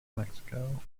mexico